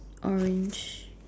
orange